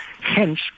Hence